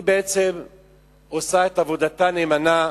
היא בעצם עושה את עבודתה נאמנה,